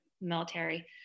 military